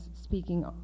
speaking